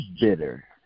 bitter